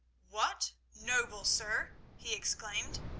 what, noble sir, he exclaimed,